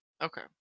Okay